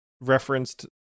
referenced